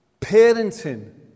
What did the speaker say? parenting